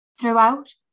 throughout